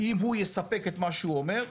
אם הוא יספק את מה שהוא אומר.